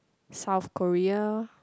South-Korea